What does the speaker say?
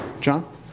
John